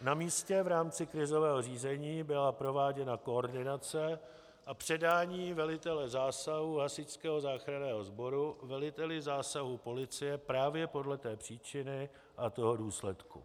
Na místě v rámci krizového řízení byla prováděna koordinace a předání velitele zásahu Hasičského záchranného sboru veliteli zásahu policie právě podle té příčiny a toho důsledku.